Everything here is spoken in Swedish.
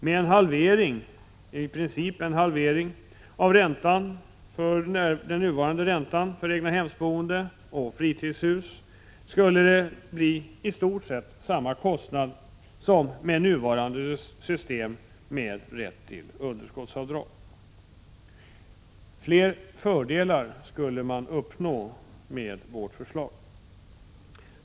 Genom i princip en halvering av den nuvarande räntan för egnahemsboende och fritidshus skulle kostnaden i stort sett bli densamma som med nuvarande system med rätt till underskottsavdrag. Fler fördelar skulle uppnås med vårt förslag.